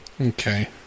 Okay